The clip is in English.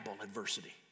adversity